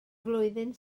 flwyddyn